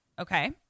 Okay